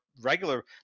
regular